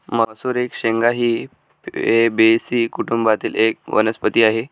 मसूर एक शेंगा ही फेबेसी कुटुंबातील एक वनस्पती आहे